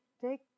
take